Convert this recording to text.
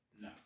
no